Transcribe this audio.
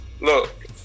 look